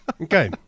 Okay